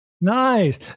Nice